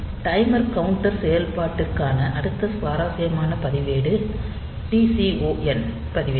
timer counter செயல்பாட்டிற்கான அடுத்த சுவாரஸ்யமான பதிவேடு TCON பதிவேடு